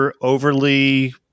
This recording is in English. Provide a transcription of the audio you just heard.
overly